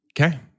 Okay